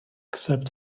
except